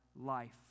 life